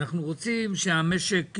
אנחנו רוצים שהמשק יגדל,